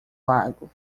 lago